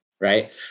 Right